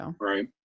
Right